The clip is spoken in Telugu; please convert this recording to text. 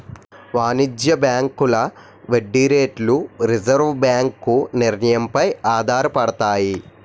వాణిజ్య బ్యాంకుల వడ్డీ రేట్లు రిజర్వు బ్యాంకు నిర్ణయం పై ఆధారపడతాయి